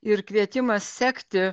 ir kvietimas sekti